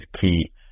key